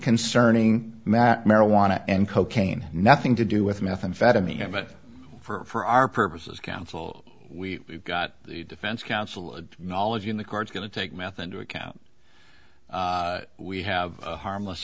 concerning matt marijuana and cocaine nothing to do with methamphetamine but for our purposes counsel we got the defense counsel knowledge in the cards going to take math into account we have a harmless